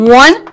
one